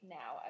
now